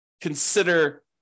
consider